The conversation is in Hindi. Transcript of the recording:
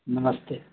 नमस्ते